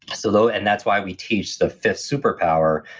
so and that's why we teach the fifth superpower,